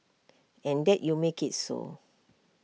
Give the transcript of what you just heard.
and that you make IT so